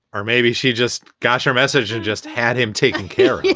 or maybe she just got her message you just had him taken care yeah